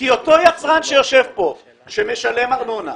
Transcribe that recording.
אותו יצרן שיושב כאן שמשלם ארנונה,